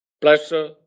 pleasure